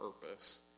purpose